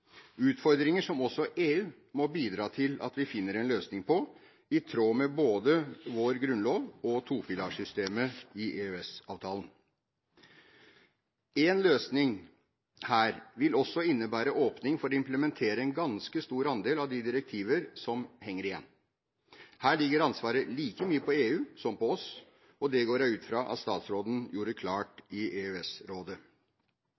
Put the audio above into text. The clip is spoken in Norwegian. utfordringer som også EU må bidra til at vi finner en løsning på, i tråd med både vår grunnlov og topilarsystemet i EØS-avtalen. En løsning her vil også innebære åpning for å implementere en ganske stor andel av de direktivene som henger igjen. Her ligger ansvaret like mye på EU som på oss. Det går jeg ut fra at statsråden gjorde klart